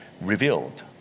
revealed